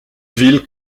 ville